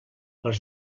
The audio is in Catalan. les